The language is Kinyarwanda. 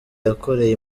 yakoreye